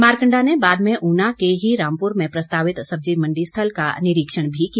मारकंडा में बाद में ऊना के ही रामपुर में प्रस्तावित सब्जी मंडी स्थल का निरीक्षण भी किया